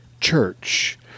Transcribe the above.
Church